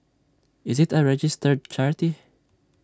is IT A registered charity